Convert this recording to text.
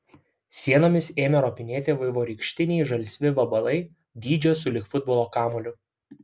sienomis ėmė ropinėti vaivorykštiniai žalsvi vabalai dydžio sulig futbolo kamuoliu